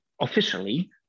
officially